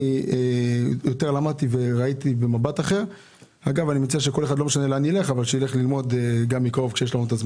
אני מציע שכל אחד ילך ללמוד את הנושא הזה מקרוב.